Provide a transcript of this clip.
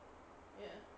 ya